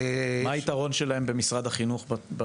מה היתרון שלהם במשרד החינוך?